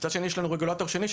מצד שני יש לנו רגולטור שני,